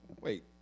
wait